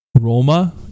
Roma